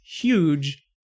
huge